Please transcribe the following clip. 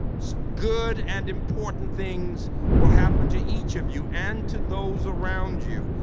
good and important things will happen to each of you and to those around you.